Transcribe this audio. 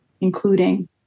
including